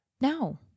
No